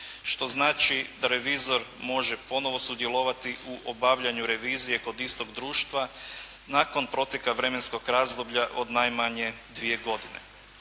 što znači da revizor može ponovo sudjelovati u obavljanju revizije kod istog društva nakon proteka vremenskog razdoblja od najmanje 2 godine.